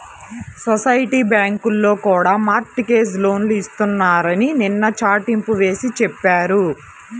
society బ్యాంకుల్లో కూడా mortgage లోన్లు ఇస్తున్నారని నిన్న చాటింపు వేసి చెప్పారు